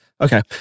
Okay